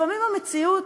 לפעמים המציאות,